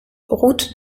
route